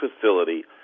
facility